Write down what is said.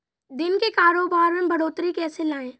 दिन के कारोबार में बढ़ोतरी कैसे लाएं?